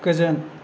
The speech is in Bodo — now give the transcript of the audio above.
गोजोन